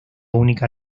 única